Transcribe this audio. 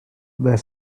the